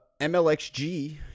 MLXG